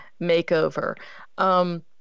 makeover